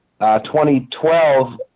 2012